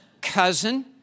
cousin